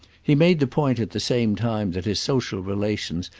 he made the point at the same time that his social relations,